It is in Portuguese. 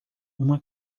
uma